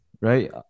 right